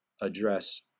address